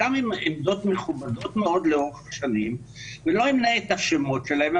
חלקם עם עמדות מכובדות מאוד לאורך השנים ולא אמנה את השמות שלהם,